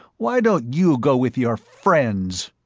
why don't you go with your friends?